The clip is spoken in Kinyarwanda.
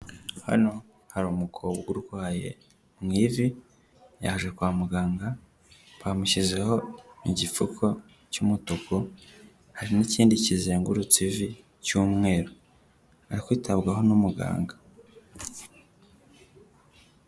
Hano hari umukobwa urwaye mu ivi yaje kwa muganga bamushyizeho igicuko cy'umutuku, hari n'ikindi kizengurutse vi cyumweru, arakwitabwaho n'umuganga.